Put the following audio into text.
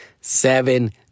seven